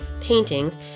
paintings